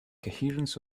coherence